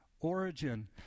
origin